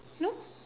no